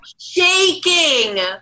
shaking